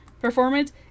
performance